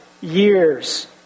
years